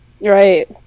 Right